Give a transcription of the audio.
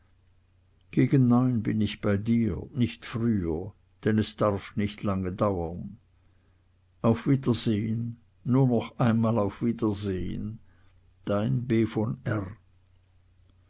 gegen neun bin ich bei dir nicht früher denn es darf nicht lange dauern auf wiedersehen nur noch einmal auf wiedersehn dein b v r